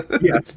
Yes